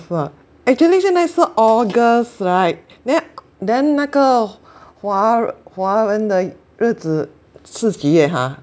!wah! actually 现在是 August right then then 那个华华文的日子是几月 ha